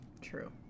True